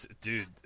Dude